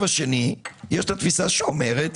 השני, יש את התפיסה שאומרת